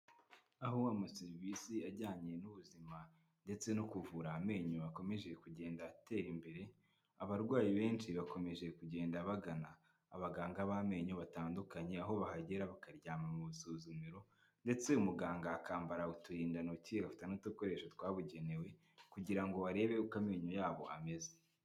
Aho amaserivisi ajyanye n'ubuzima ndetse no kuvura amenyo akomeje kugenda atera imbere, abarwayi benshi bakomeje kugenda bagana abaganga b'amenyo batandukanye aho bahagera bakaryama mu busuzumiro ndetse umuganga akambara uturindantoki agafata n'udukoresho twabugenewe kugira ngo arebe uko amenyo yabo ameze.